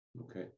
Okay